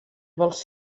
vols